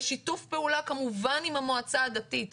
בשיתוף פעולה כמובן עם המועצה הדתית,